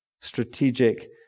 strategic